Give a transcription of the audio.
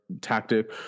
tactic